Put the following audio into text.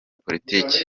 politiki